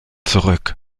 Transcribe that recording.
zurück